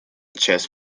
chess